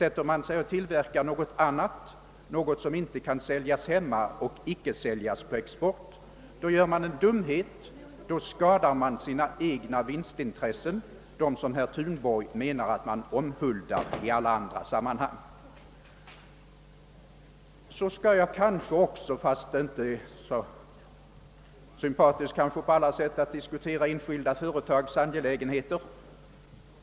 Om man bedriver tillverkning av annan krigsmateriel — alltså sådan som varken kan säljas hemma eller gå på export — gör man en dumhet. Då skadar man sina vinstintressen, vilka ju herr Thunborg menar att man omhuldar i alla andra sammanhang. Jag skall också ta fram några siffror, fastän det måhända inte är så särdeles sympatiskt att diskutera enskilda företags angelägenheter.